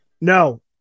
No